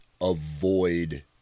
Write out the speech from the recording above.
avoid